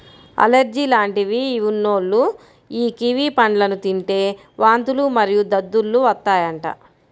allergy లాంటివి ఉన్నోల్లు యీ కివి పండ్లను తింటే వాంతులు మరియు దద్దుర్లు వత్తాయంట